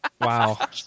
Wow